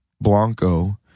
Blanco